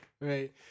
Right